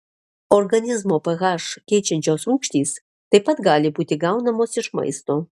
organizmo ph keičiančios rūgštys taip pat gali būti gaunamos iš maisto